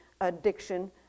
addiction